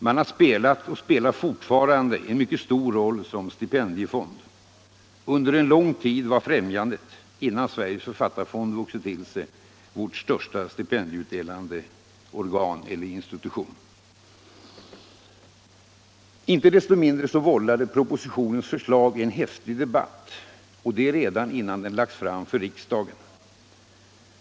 Man har spelat och spelar fortfarande en mycket stor roll som stipendiefond. Under en lång tid var Litteraturfrämjandet — innan Sveriges författarfond vuxit ull sig — vår största stipendieutdelande institution. Inte desto mindre vållade propositionens förslag en häftig debatt — och det redan innan propositionen lagts fram för riksdagen.